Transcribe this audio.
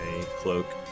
cloak